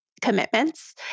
commitments